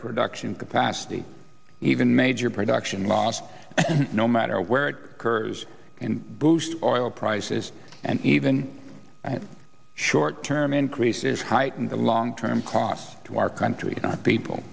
production capacity even major production lost no matter where it occurs in boost or oil prices and even short term increases heighten the long term cost to our country people